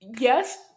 Yes